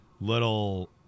little